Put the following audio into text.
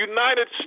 United